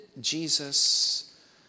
Jesus